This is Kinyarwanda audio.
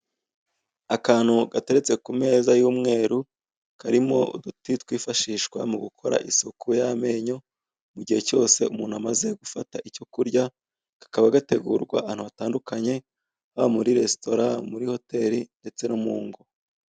Akantu gateretse ku meza y'umweru, karimo uduti twifashishwa mu gukora isuku y'amenyo mu gihe cyose umuntu amaze gufata icyo kurya, kakaba gategurwa ahantu hatandukanye, haba muri resitora, muri hoteri ndetse no mu ngo.